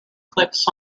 cliffs